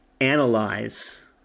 analyze